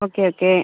okay okay